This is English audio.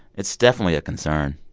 it's definitely a concern.